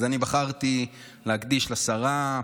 אז אני בחרתי להקדיש לשרה,